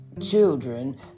children